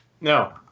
No